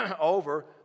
over